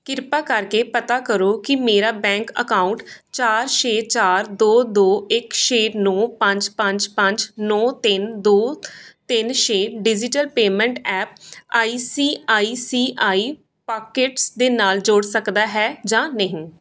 ਕਿਰਪਾ ਕਰਕੇ ਪਤਾ ਕਰੋ ਕਿ ਮੇਰਾ ਬੈਂਕ ਅਕਾਊਂਟ ਚਾਰ ਛੇ ਚਾਰ ਦੋ ਦੋ ਇਕ ਛੇ ਨੌਂ ਪੰਜ ਪੰਜ ਪੰਜ ਨੌਂ ਤਿੰਨ ਦੋ ਤਿੰਨ ਛੇ digital payment app I C I C I pockets ਦੇ ਨਾਲ ਜੁੜ ਸਕਦਾ ਹੈ ਜਾਂ ਨਹੀਂ